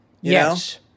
Yes